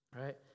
right